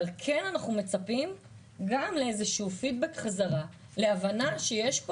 אבל אנחנו מצפים גם לאיזשהו פידבק חזרה להבנה שיש פה